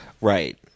Right